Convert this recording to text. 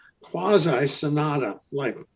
quasi-sonata-like